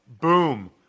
boom